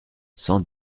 cent